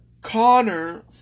connor